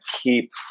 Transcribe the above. keep